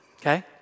Okay